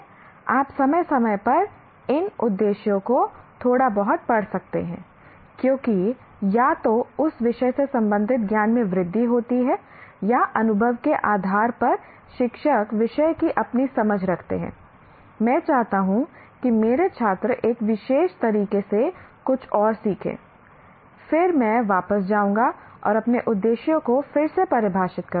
आप समय समय पर इन उद्देश्यों को थोड़ा बहुत पढ़ सकते हैं क्योंकि या तो उस विषय से संबंधित ज्ञान में वृद्धि होती है या अनुभव के आधार पर शिक्षक विषय की अपनी समझ रखते हैं मैं चाहता हूं कि मेरे छात्र एक विशेष तरीके से कुछ और सीखें फिर मैं वापस जाऊंगा और अपने उद्देश्यों को फिर से परिभाषित करूंगा